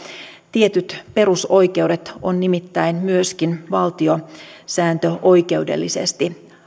tietyt perusoikeudet on nimittäin myöskin valtiosääntöoikeudellisesti